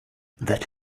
that